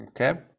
Okay